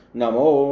namo